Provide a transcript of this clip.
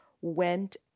went